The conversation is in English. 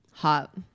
hot